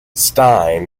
stein